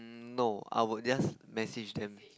no I will just message them